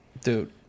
Dude